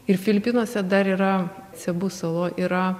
ir filipinuose dar yra sebu saloj yra